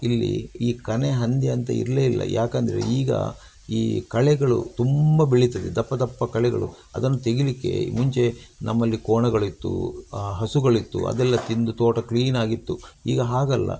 ಇಲ್ಲಿ ಈ ಕಣೆ ಹಂದಿ ಅಂತ ಇರಲೇಯಿಲ್ಲ ಏಕೆಂದ್ರೆ ಈಗ ಈ ಕಳೆಗಳು ತುಂಬ ಬೆಳಿತದೆ ದಪ್ಪ ದಪ್ಪ ಕಳೆಗಳು ಅದನ್ನು ತೆಗೀಲಿಕ್ಕೆ ಮುಂಚೆ ನಮ್ಮಲ್ಲಿ ಕೋಣಗಳಿತ್ತು ಹಸುಗಳಿತ್ತು ಅದೆಲ್ಲ ತಿಂದು ತೋಟ ಕ್ಲೀನಾಗಿತ್ತು ಈಗ ಹಾಗಲ್ಲ